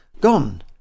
gone